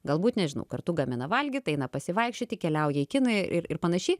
galbūt nežinau kartu gamina valgyt eina pasivaikščioti keliauja į kiną i ir ir panašiai